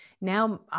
now